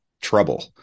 trouble